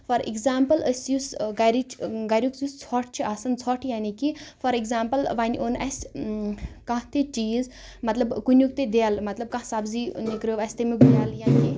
for example أسۍ یُس گَرٕچ گَرُک یُس ژھۄٹھ چھُ آسان ژھۄٹھ یعنے کہِ فار ایگزامپٕل وۄنۍ اوٚن اسہِ کانہہ تہِ چیٖز مطلب کُنیُک تہِ دٮ۪ل مطلب سَبزی نِکرٲیو اسہِ تہِ تمیُک دٮ۪ل یعنے